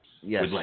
Yes